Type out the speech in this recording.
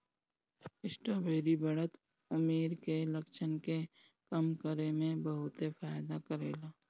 strawberry बढ़त उमिर के लक्षण के कम करे में बहुते फायदा करेला